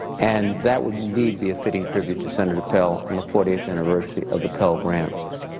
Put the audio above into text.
and that would indeed be a fitting tribute to senator pell on the fortieth anniversary of the pell grant. a